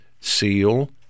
seal